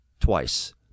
twice